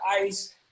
ice